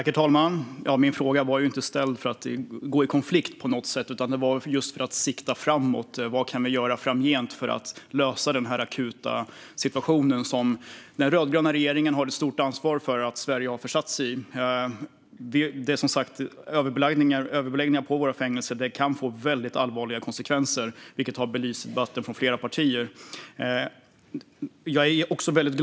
Herr talman! Min fråga var inte ställd för att gå i konflikt på något sätt utan för att sikta framåt. Vad kan vi göra framgent för att lösa den akuta situation som den rödgröna regeringen har stort ansvar för att Sverige har försatt sig i? Det är som sagt överbeläggning på våra fängelser. Det kan få allvarliga konsekvenser, vilket har belysts av flera partier i debatten.